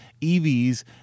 EVs